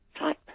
type